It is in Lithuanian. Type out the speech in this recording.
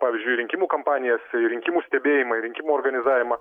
pavyzdžiui į rinkimų kampanijas į rinkimų stebėjimą į rinkimų organizavimą